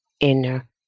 inner